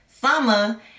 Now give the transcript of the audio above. summer